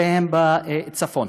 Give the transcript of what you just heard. למקום מגוריהם בצפון.